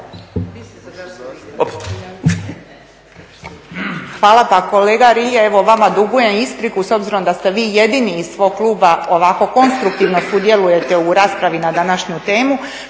Hvala. Pa kolega Rilje evo vama dugujem ispriku s obzirom da ste vi jedini iz svog kluba ovako konstruktivno sudjelujete u raspravi na današnju temu.